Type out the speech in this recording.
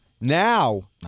now